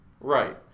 Right